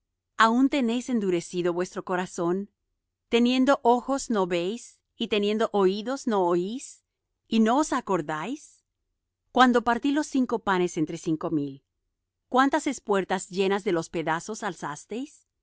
aun tenéis endurecido vuestro corazón teniendo ojos no veis y teniendo oídos no oís y no os acordáis cuando partí los cinco panes entre cinco mil cuántas espuertas llenas de los pedazos